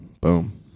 Boom